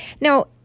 Now